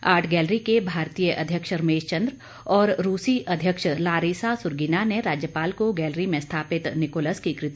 art gallery के भारतीय अध्यक्ष रमेश चन्द्र और रूसी अध्यक्ष लारीसा सुरगीना ने राज्यपाल को गैलरी में स्थापित निकोलस की कृतियों की जानकारी दी